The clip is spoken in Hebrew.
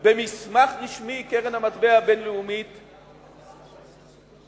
במסמך רשמי קרן המטבע הבין-לאומית תומכת,